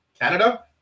Canada